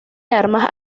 armas